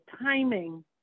timing